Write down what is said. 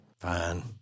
Fine